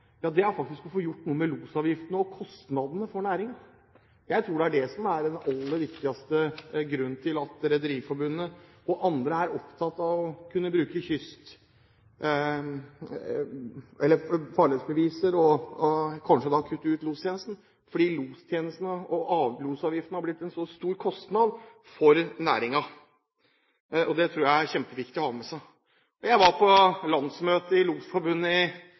det man er mest opptatt av, er å få gjort noe med losavgiftene og kostnadene for næringen. Jeg tror det er det som er den aller viktigste grunnen til at Rederiforbundet og andre er opptatt av å kunne bruke farledsbeviser og kanskje kutte ut lostjenesten, fordi lostjenesten og losavgiftene er blitt en så stor kostnad for næringen. Det tror jeg er kjempeviktig å ha med seg. Jeg var på landsmøtet i Losforbundet på sensommeren i